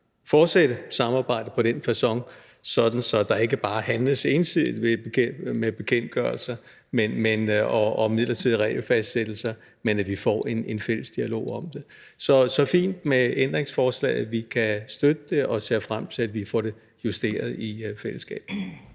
fortsætte samarbejdet på den facon, så der ikke bare handles ensidigt med bekendtgørelser og midlertidige regelfastsættelser, men at vi får en fælles dialog om det. Så det er fint med ændringsforslaget. Vi kan støtte det og ser frem til, at vi får det justeret i fællesskab.